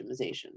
optimization